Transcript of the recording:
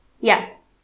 Yes